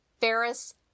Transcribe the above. Ferris